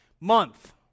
month